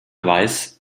weiß